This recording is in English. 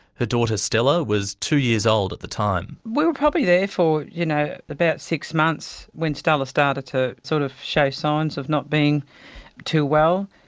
her daughter stella was two years old at the time. we were probably there for you know about six months when stella started to sort of show signs of not being too well.